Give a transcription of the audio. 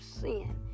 sin